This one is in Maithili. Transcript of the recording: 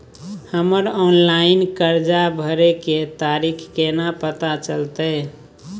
हमर ऑनलाइन कर्जा भरै के तारीख केना पता चलते?